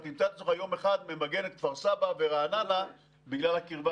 אתה תמצא את עצמך יום אחד ממגן את כפר סבא ואת רעננה בגלל הקרבה,